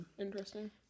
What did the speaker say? interesting